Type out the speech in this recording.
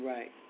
Right